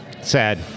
Sad